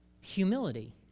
humility